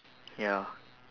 ya